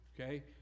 Okay